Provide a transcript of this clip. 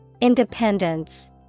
Independence